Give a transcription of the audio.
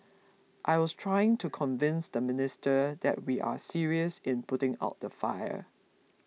I was trying to convince the minister that we are serious in putting out the fire